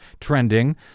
trending